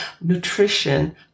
nutrition